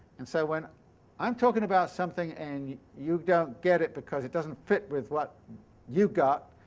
and so when i'm talking about something and you don't get it because it doesn't fit with what you got,